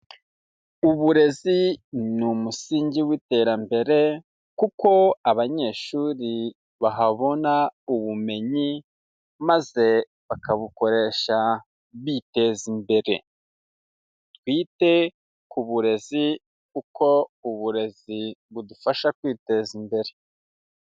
Uburezi ni umusingi w'iterambere kuko abanyeshuri bahabona ubumenyi maze bakabukoresha biteza imbere, twite ku burezi kuko uburezi budufasha kwiteza imbere.